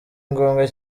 ngombwa